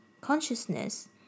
consciousness